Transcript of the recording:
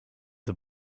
the